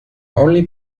only